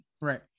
right